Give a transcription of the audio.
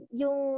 yung